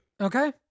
Okay